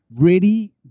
ready